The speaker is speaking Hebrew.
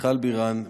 מיכל בירן,